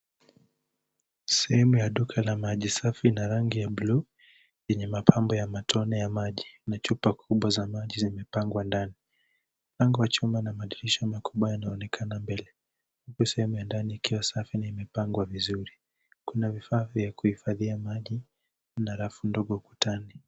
Sehemu ya duka la maji safi na rangi ya bluu yenye mapambo ya matone ya maji na chupa kubwa za maji zimepangwa ndani. Mlango wa chumba na madirisha makubwa yanaonekana mbele huku sehemu ya ndani ikiwa safi na imepangwa vizuri. Kuna viifaa vya kuhifadhia maji na rafu ndogo ukutani.